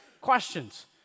questions